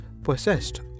possessed